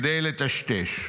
כדי לטשטש.